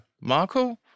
Marco